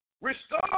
restore